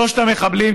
שלושת המחבלים,